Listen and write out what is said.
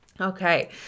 okay